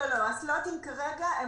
הסלוטים נקבעים